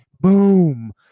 boom